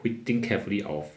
会 think carefully of